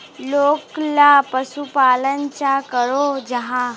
लोकला पशुपालन चाँ करो जाहा?